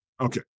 Okay